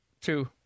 two